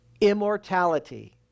immortality